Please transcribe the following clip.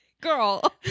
Girl